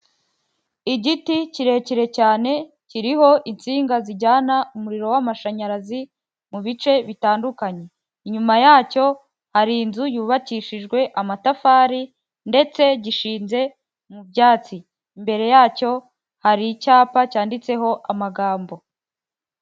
Igiti kirekire cyane, kiriho insinga zijyana umuriro w'amashanyarazi mu bice bitandukanye, inyuma yacyo hari inzu yubakishijwe amatafari ndetse gishinze mu byatsi, imbere yacyo hari icyapa cyanditseho amagambo.